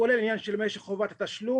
כולל העניין של משך חובת התשלום,